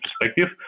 perspective